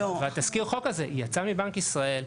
ותזכיר החוק הזה יצא מבנק ישראל,